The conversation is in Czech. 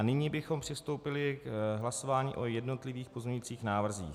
Nyní bychom přistoupili k hlasování o jednotlivých pozměňovacích návrzích.